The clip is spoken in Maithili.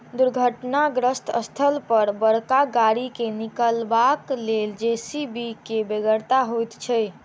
दुर्घटनाग्रस्त स्थल पर बड़का गाड़ी के निकालबाक लेल जे.सी.बी के बेगरता होइत छै